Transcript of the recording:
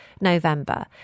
November